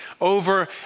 over